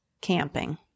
camping